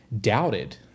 doubted